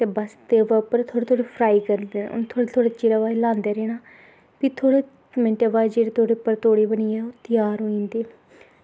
ते बस एह्दे उप्पर थोह्ड़े थोह्ड़े फ्राई करियै थोह्ड़े थोह्ड़े चिरै दे बाद ल्हांदे रौहना ते थोह्ड़े मिंट बाद जेल्लै ओह् तोलै बनी जा त्यार होन देओ